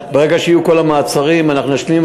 ברגע שיהיו כל המעצרים אנחנו נשלים,